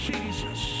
Jesus